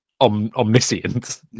omniscient